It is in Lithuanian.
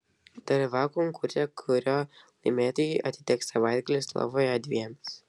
dalyvauk konkurse kurio laimėtojui atiteks savaitgalis lvove dviems